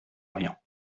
orient